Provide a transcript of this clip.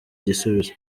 igisubizo